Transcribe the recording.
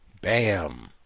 Bam